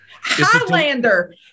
Highlander